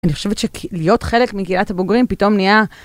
אני חושבת שכ.. להיות חלק מקהילת הבוגרים פתאום נהיה...